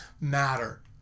matter